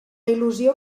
il·lusió